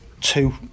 two